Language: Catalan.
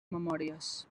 memòries